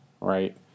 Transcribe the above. right